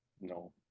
No